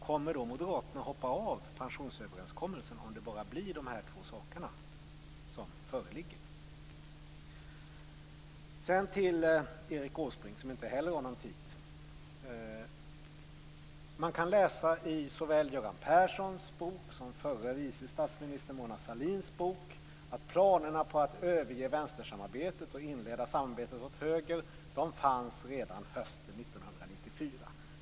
Kommer moderaterna att hoppa av pensionsöverenskommelsen om det bara blir de här två sakerna som föreligger? Sedan vänder jag mig till Erik Åsbrink, som inte heller har någon taletid kvar. Man kan läsa i såväl Mona Sahlins bok att planerna på att överge vänstersamarbetet och inleda samarbetet åt höger fanns redan hösten 1994.